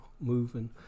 Moving